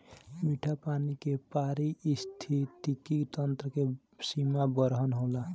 मीठा पानी के पारिस्थितिकी तंत्र के सीमा बरहन होला